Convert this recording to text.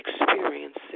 experiences